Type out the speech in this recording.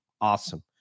awesome